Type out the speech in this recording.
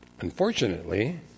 unfortunately